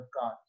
God